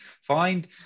find